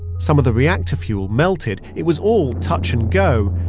some of the reactor fuel melted. it was all touch and go.